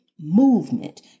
movement